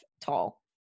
tall